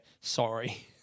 sorry